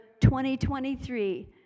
2023